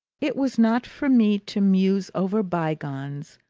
it was not for me to muse over bygones,